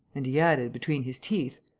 and he added, between his teeth,